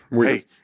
Hey